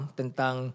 tentang